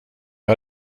har